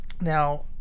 Now